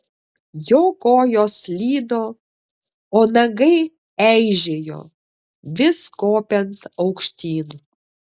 jo kojos slydo o nagai eižėjo vis kopiant aukštyn